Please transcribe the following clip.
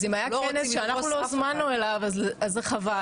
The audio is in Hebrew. אז אם היה כנס שאנחנו לא הוזמנו אליו זה חבל.